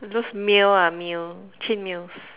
those mill ah mill chain mills